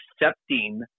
accepting